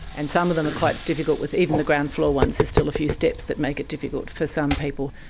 and some of them are quite difficult with, even the ground floor ones there's still a few steps that make it difficult for some people.